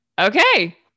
Okay